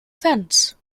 fence